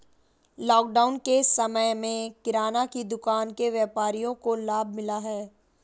lockdown के समय में किराने की दुकान के व्यापारियों को लाभ मिला है